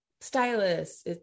stylists